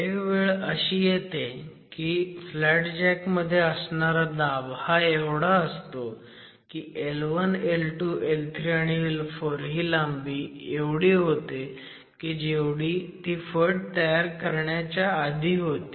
एक वेळ अशी येते की फ्लॅट जॅक मध्ये असणारा दाब हा एवढा असतो की L1 L2 L3 आणि L4 ही लांबी एवढी होते की जेवढी ती फट तयार करण्याच्या आधी होती